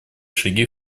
шаги